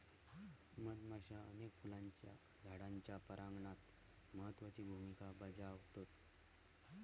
मधुमाश्या अनेक फुलांच्या झाडांच्या परागणात महत्त्वाची भुमिका बजावतत